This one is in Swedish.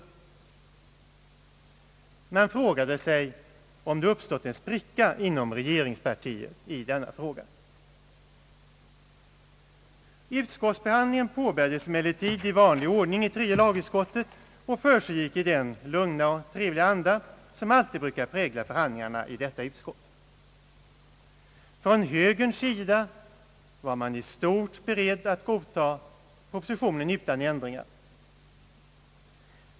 Man frågade sig, om det uppstått en spricka inom regeringspartiet i denna fråga. Utskottsbehandlingen påbörjades emellertid i vanlig ordning i tredje lagutskottet och försiggick i den lugna och trevliga anda som alitid brukar prägla förhandlingarna i detta utskott. Från högerns sida var man i stort sett beredd att godta propositionen utan ändringar.